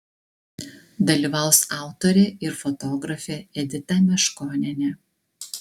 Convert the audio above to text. dalyvaus autorė ir fotografė edita meškonienė